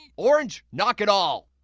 and orange, knock it all!